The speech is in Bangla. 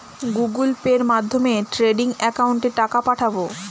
গুগোল পের মাধ্যমে ট্রেডিং একাউন্টে টাকা পাঠাবো?